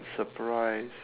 surprise